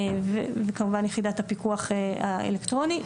וכמובן יחידת הפיקוח האלקטרוני.